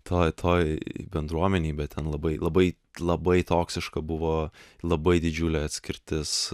toj toj bendruomenėj bet ten labai labai labai toksiška buvo labai didžiulė atskirtis